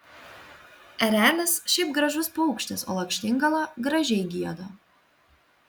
erelis šiaip gražus paukštis o lakštingala gražiai gieda